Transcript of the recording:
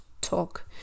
talk